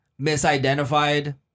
misidentified